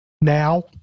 now